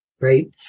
right